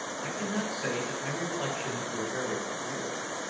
i cannot say that my reflections were very agreeable.